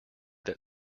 that